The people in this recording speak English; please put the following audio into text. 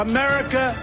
America